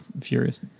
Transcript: furious